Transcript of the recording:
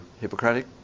Hippocratic